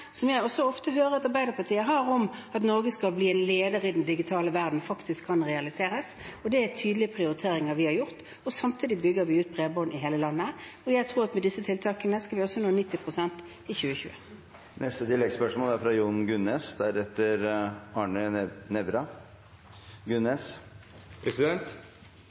som jeg ofte hører at Arbeiderpartiet har om at Norge skal bli leder i den digitale verden, faktisk kan realiseres. Det er tydelige prioriteringer vi har gjort, og samtidig bygger vi ut bredbånd i hele landet. Jeg tror at med disse tiltakene skal vi nå 90 pst. i 2020. Jon Gunnes – til oppfølgingsspørsmål. Venstre er svært fornøyd med bevilgningene til nye kabler fra